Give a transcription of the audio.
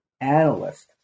analyst